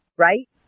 Right